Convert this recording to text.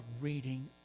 reading